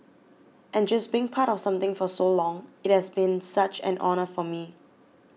and just being part of something for so long it has been such an honour for me